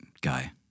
Guy